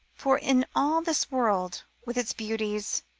for in all this world, with its beauties.